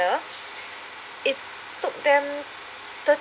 it took them